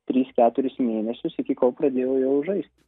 tris keturis mėnesius iki kol pradėjau jau žaisti